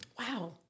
Wow